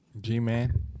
G-Man